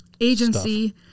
agency